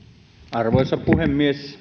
arvoisa puhemies